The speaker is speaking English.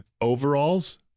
overalls